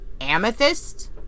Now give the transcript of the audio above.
amethyst